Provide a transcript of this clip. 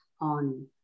on